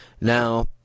Now